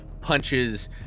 punches